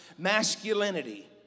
Masculinity